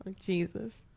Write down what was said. Jesus